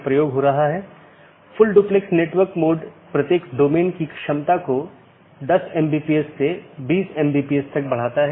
इसलिए एक path vector में मार्ग को स्थानांतरित किए गए डोमेन या कॉन्फ़िगरेशन के संदर्भ में व्यक्त किया जाता है